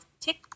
tick